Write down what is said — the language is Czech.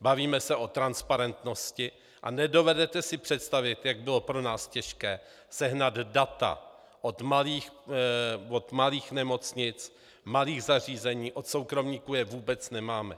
Bavíme se o transparentnosti a nedovedete si představit, jak bylo pro nás těžké sehnat data od malých nemocnic, malých zařízení, od soukromníků je vůbec nemáme.